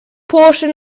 portion